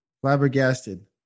Flabbergasted